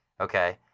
okay